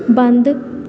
ਬੰਦ